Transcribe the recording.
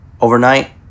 Overnight